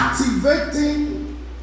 Activating